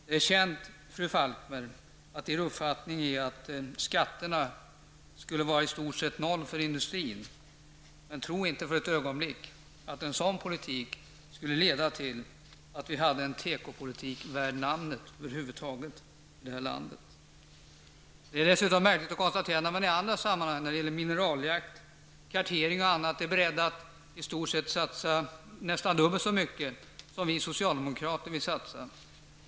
Det är känt, fru Falkmer, att er uppfattning är att skatterna skall vara i stort sett noll för industrin. Men tro inte för ett ögonblick att en sådan politik skulle leda till att vi i det här landet över huvud taget hade en tekopolitik värd namnet. Detta är dessutom märkligt att konstatera eftersom moderaterna i andra sammanhang när det gäller mineraljakt, kartering och annat är beredda att satsa i stort sett dubbelt så mycket som vi socialdemokrater vill satsa.